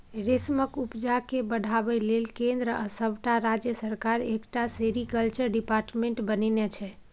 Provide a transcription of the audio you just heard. रेशमक उपजा केँ बढ़ाबै लेल केंद्र आ सबटा राज्य सरकार एकटा सेरीकल्चर डिपार्टमेंट बनेने छै